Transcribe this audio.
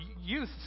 youth